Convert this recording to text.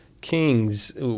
kings